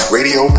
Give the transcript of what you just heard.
Radio